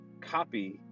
copy